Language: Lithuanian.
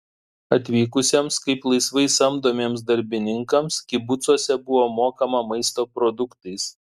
atvykusiems kaip laisvai samdomiems darbininkams kibucuose buvo mokama maisto produktais